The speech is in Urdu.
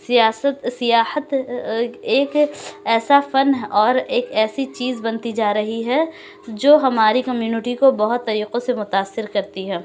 سیاست سیاحت ایک ایسا فن اور ایک ایسی چیز بنتی جا رہی ہے جو ہماری کمیونٹی کو بہت طریقوں سے متاثر کرتی ہے